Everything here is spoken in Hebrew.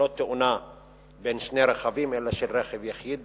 לא תאונה בין שני רכבים אלא של רכב יחיד.